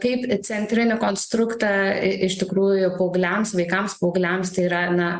kaip centrinį konstruktą ir iš tikrųjų paaugliams vaikams paaugliams tai yra na